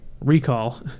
recall